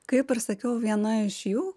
kaip ir sakiau viena iš jų